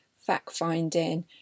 fact-finding